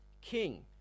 king